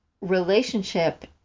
relationship